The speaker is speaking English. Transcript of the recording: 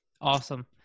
awesome